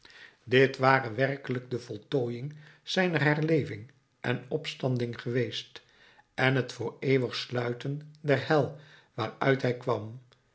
dit ware werkelijk de voltooiing zijner herleving en opstanding geweest en het voor eeuwig sluiten der hel waaruit hij kwam